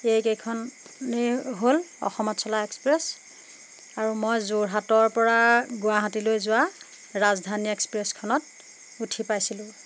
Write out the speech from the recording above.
এইকেইখনেই হ'ল অসমত চলা এক্সপ্ৰেছ আৰু মই যোৰহাটৰপৰা গুৱাহাটীলৈ যোৱা ৰাজধানী এক্সপ্ৰেছখনত উঠি পাইছিলোঁ